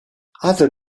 other